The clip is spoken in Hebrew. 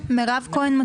אדוני,